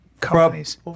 companies